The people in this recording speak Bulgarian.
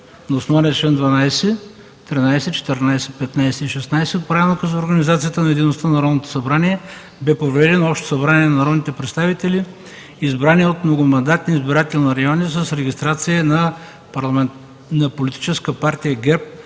„На основание членове 12, 13, 14, 15 и 16 от Правилника за организацията и дейността на Народното събрание бе проведено Общо събрание на народните представители, избрани от многомандатни избирателни райони с регистрация на Политическа партия ГЕРБ